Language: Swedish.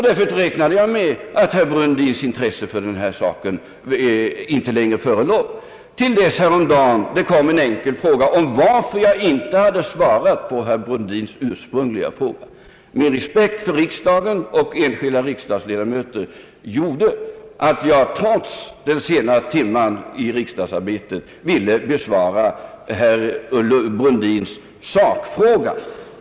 Därför räknade jag med att herr Brundins intresse för ärendet inte längre förelåg till dess det häromdagen kom en enkel fråga om varför jag inte svarat på herr Brundins ursprungliga interpellation. Min respekt för riksdagen och för enskilda riksdagsledamöter gjorde att jag trots den sena timmen i riksdagsarbetet ville besvara herr Brundins sakfråga.